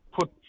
put